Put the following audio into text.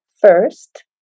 First